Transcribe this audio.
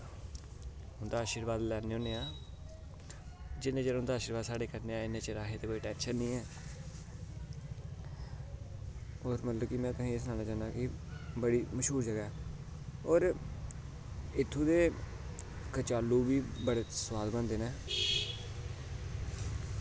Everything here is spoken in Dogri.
उं'दा शीरबाद लैन्ने होन्ने आं जिन्ने उं'दा शीरबाद साढ़े कन्नै उन्ने चिर असें गी कोई टेंशन निं ऐ होर मतलब कि तुसेंगी में एह् सनाना चाह्न्ना कि बड़ी मश्हूर जगह ऐ होर इत्थुं दे कचालुं बी बड़े सोआद बनदे न